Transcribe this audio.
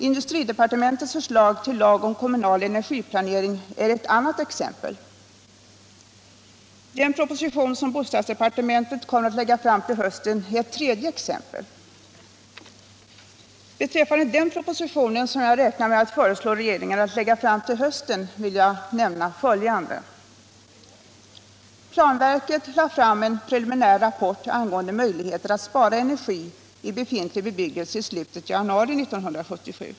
Industridepartementets förslag till lag om kommunal energiplanering är ett annat exempel. Den proposition som bostadsdepartementet kommer att lägga fram till hösten är ett tredje exempel. Beträffande den proposition som jag räknar med att föreslå regeringen att lägga fram till hösten vill jag här nämna följande: Planverket lade fram en preliminär rapport angående möjligheter att spara energi i befintlig bebyggelse i slutet av januari 1977.